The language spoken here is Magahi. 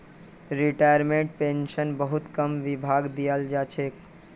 रिटायर्मेन्टटेर पेन्शन बहुत कम विभागत दियाल जा छेक